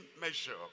measure